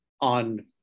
On